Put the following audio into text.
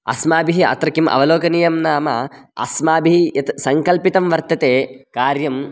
अस्माभिः अत्र किम् अवलोकनीयं नाम अस्माभिः यत् सङ्कल्पितं वर्तते कार्यं